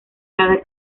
cada